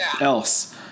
else